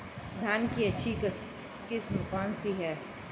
धान की अच्छी किस्म कौन सी है?